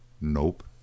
Nope